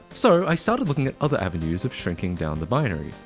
so i started looking at other avenues of shrinking down the binary.